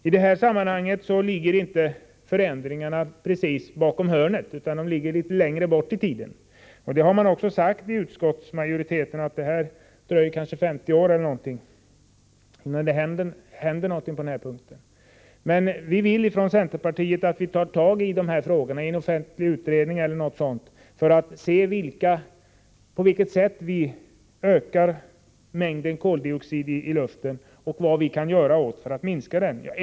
I detta sammanhang ligger förändringarna inte precis bakom hörnet utan längre bort i tiden. Detta har också utskottsmajoriteten sagt — att det kanske dröjer 50 år innan någonting händer. Men från centerpartiets sida vill vi att man skall ta itu med dessa frågor genom en offentlig utredning e. d. för att se efter på vilket sätt vi ökar mängden koldioxid i luften och vad vi kan göra för att minska den.